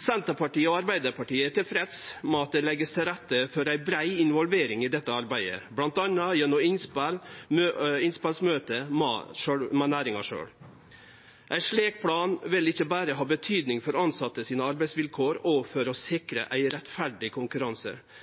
Senterpartiet og Arbeiderpartiet er tilfreds med at det vert lagt til rette for ei brei involvering i dette arbeidet, bl.a. gjennom innspelsmøte med næringa sjølv. Ein slik plan vil ikkje berre ha betyding for arbeidsvilkåra til dei tilsette og for å sikre ein rettferdig konkurranse,